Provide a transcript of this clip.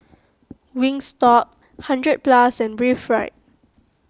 Wingstop hundred Plus and Breathe Right